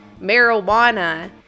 marijuana